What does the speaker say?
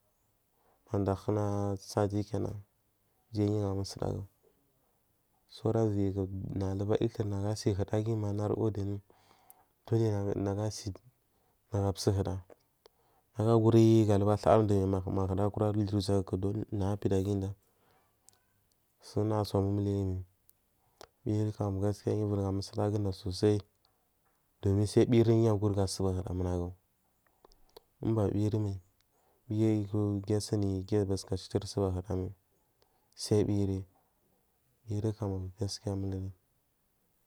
Mada huna sati kenan jan yu uviri ha musu dagu sora viyiku nagu aruga yutuma nagu asi hudaguyi ma anai wodi kuji nagu asi nagu asa huda na nagu a guri aruga tawarli ma huda kura luwo uzowogu mahuda kura lu uzo guku gudam sun dugu so a mumuliya ayi mai virikam gaskiya nagu uviyi hamusudagu sosai dumin sai viri diya ath aguri gasuba huda manaju uba viyiri mai diya ayuku diya suni diya ba duka citir saba huda aban sai viyiri viyiri kam gaskiya a muliri.